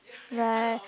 like